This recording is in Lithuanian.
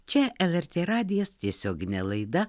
čia lrt radijas tiesioginė laida